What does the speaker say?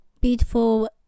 beautiful